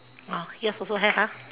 uh here's also have ah